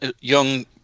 young